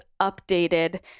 updated